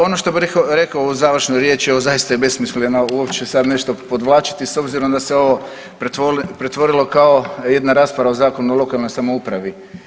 Ono što bih rekao u završnoj riječi evo zaista je besmisleno uopće sad nešto podvlačiti s obzirom da se ovo pretvorilo kao jedna rasprava o Zakonu o lokalnoj samoupravi.